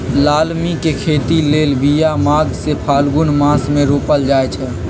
लालमि के खेती लेल बिया माघ से फ़ागुन मास मे रोपल जाइ छै